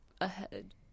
ahead